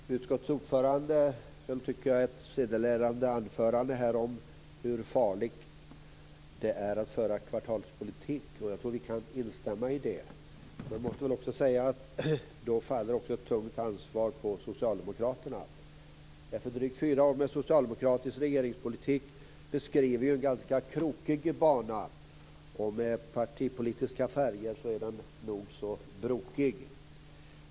Herr talman! Utskottets ordförande höll ett som jag tycker sedelärande anförande om hur farligt det är att föra kvartalspolitik. Jag tror att vi kan instämma i det. Men då måste man också säga att det faller ett tungt ansvar på socialdemokraterna. Drygt fyra år med socialdemokratisk regeringspolitik beskriver en ganska krokig bana. Sett i partipolitiska färger är den nog så brokig.